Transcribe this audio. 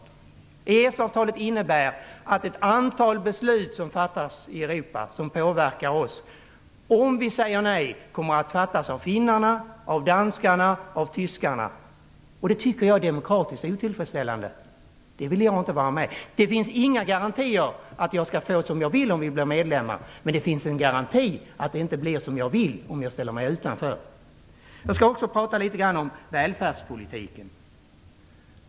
Om vi säger nej återstår EES-avtalet, och då kommer ett antal beslut som fattas i Europa och som påverkar oss att fattas av finnarna, av danskarna och av tyskarna. Jag tycker att det är demokratiskt otillfredsställande. Jag vill inte vara med om det. Det finns inga garantier för att vi skall få som vi vill, om Sverige blir medlem, men det finns en garanti för att det inte blir som vi vill, om vi ställer oss utanför. Jag skall också säga några ord om välfärdspolitiken.